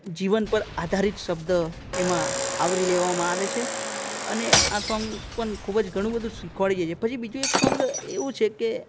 જીવન પર આધારિત શબ્દ એમાં આવરી લેવામાં આવે છે અને આ સોંગ પણ ખૂબ જ ઘણું બધું શીખવાડી જાય છે પછી બીજું એક સોંગ એવું છે કે